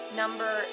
number